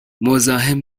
مزاحم